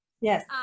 yes